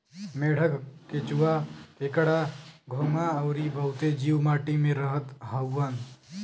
मेंढक, केंचुआ, केकड़ा, घोंघा अउरी बहुते जीव माटी में रहत हउवन